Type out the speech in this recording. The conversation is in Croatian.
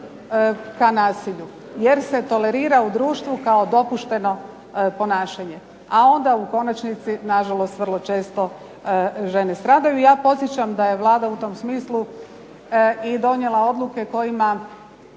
ka nasilju, jer se tolerira u društvu kao dopušteno ponašanje, a onda u konačnici vrlo često žene stradaju. Ja podsjećam da je Vlada u tom smislu i donijela odluke kojima